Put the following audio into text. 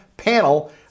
panel